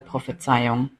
prophezeiung